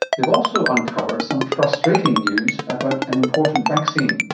they've also uncovered some frustrating news about an important vaccine.